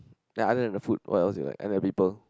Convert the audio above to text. ya other than the food what else do you like and the people